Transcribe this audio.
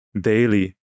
daily